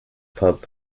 pub